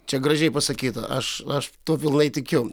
čia gražiai pasakyta aš aš tuo pilnai tikiu